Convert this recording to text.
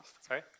Sorry